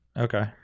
Okay